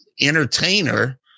entertainer